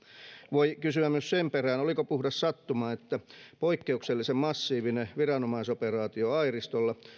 voi kysyä myös sen perään oliko puhdas sattuma että poikkeuksellisen massiivinen viranomaisoperaatio airistolla